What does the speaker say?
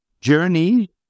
journey